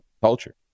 culture